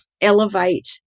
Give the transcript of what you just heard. elevate